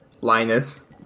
Linus